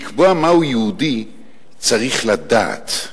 בשביל לקבוע מהו יהודי צריך לדעת.